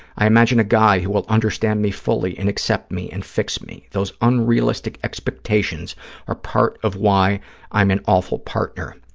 i imagine a guy who will understand me fully and accept me and fix me. those unrealistic expectations are part of why i'm an awful partner.